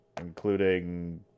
including